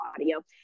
audio